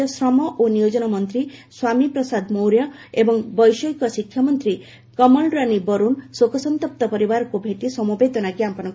ରାଜ୍ୟ ଶ୍ରମ ଓ ନିୟୋଜନ ମନ୍ତ୍ରୀ ସ୍ୱାମୀ ପ୍ରସାଦ ମୌର୍ୟ ଏବଂ ବୈଷୟିକ ଶିକ୍ଷାମନ୍ତ୍ରୀ କମଲରାନୀ ବରୁନ୍ ଶୋକସନ୍ତପ୍ତ ପରିବାରକୁ ଭେଟି ସମବେଦନା ଜ୍ଞାପନ କରିଛନ୍ତି